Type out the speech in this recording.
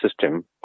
system